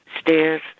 stairs